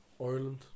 Ireland